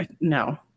no